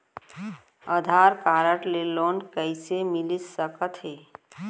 आधार card ले loan कइसे मिलिस सकत हे?